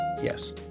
Yes